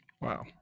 Wow